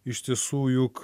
iš tiesų juk